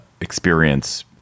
experience